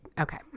Okay